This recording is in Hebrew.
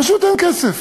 פשוט אין כסף,